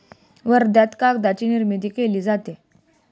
वर्ध्यात कागदाची निर्मिती केली जाते